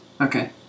Okay